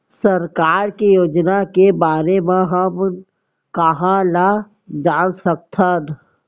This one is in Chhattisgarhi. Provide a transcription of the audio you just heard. सरकार के योजना के बारे म हमन कहाँ ल जान सकथन?